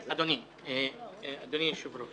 אדוני היושב-ראש.